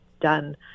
done